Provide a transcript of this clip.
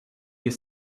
your